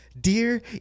Dear